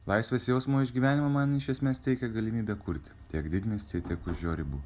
laisvės jausmo išgyvenimo man iš esmės teikia galimybę kurti tiek didmiestyje tiek už jo ribų